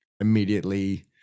immediately